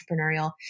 entrepreneurial